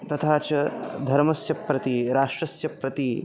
तथा च धर्मस्य प्रति राष्ट्रस्य प्रति